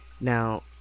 Now